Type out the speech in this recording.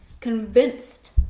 convinced